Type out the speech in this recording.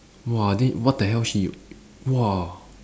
!wah! then what the hell she !wah!